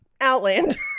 Outlander